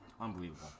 unbelievable